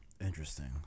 Interesting